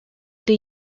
the